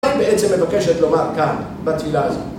בעצם אני מבקשת לומר כאן, בטבילה הזו